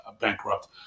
bankrupt